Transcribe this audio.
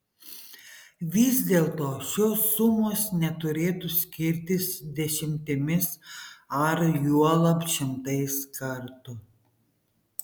vis dėlto šios sumos neturėtų skirtis dešimtimis ar juolab šimtais kartų